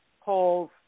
polls